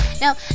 Now